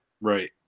right